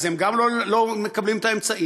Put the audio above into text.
אז הם גם לא מקבלים את האמצעים,